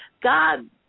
God